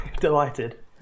delighted